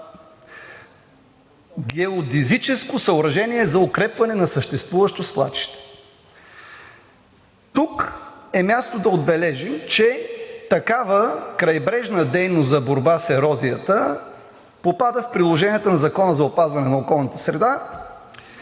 „Геодезическо съоръжение за укрепване на съществуващо свлачище“. Тук е мястото да отбележим, че такава крайбрежна дейност за борба с ерозията попада в приложенията на Закона за опазване на околната среда